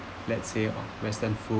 let's say oh western food